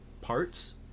parts